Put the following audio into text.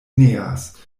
neas